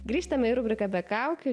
grįžtame į rubriką be kaukių